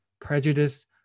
Prejudice